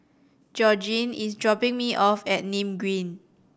Georgene is dropping me off at Nim Green